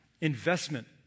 investment